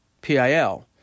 PIL